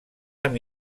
amb